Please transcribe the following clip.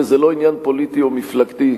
וזה לא עניין פוליטי או מפלגתי,